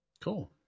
Cool